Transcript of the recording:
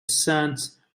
saint